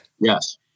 Yes